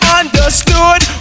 understood